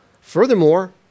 Furthermore